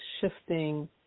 shifting